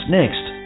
next